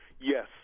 yes